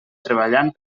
treballant